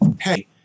Hey